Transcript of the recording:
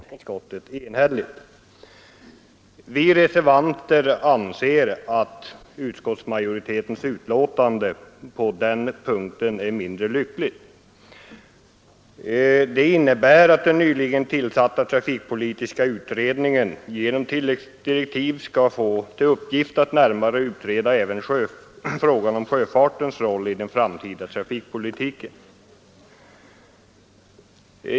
Herr talman! Det har med all önskvärd tydlighet framgått av dagens debatt att trafikutskottet inte har varit enhälligt när det gällt kraven att tillföra trafikpolitiska utredningen tilläggsdirektiv angående sjöfarten. Vi reservanter anser att utskottsmajoritetens betänkande på den punkten är mindre lyckligt. Det innebär att den nyligen tillsatta trafikpolitiska utredningen genom tilläggsdirektiv skall få till uppgift att närmare utreda även frågan om sjöfartens roll i den framtida trafikpolitiken.